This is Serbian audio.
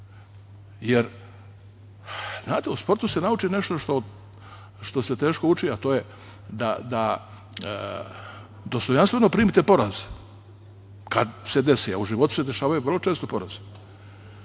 tu. Znate, u sportu se nauči nešto što se teško uči, a to je da dostojanstveno primite poraz kad se desi, a u životu se dešavaju vrlo često porazi. Ono